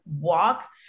walk